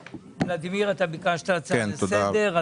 בבקשה, ולדימיר, אתה ביקשת הצעה לסדר-היום.